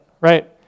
right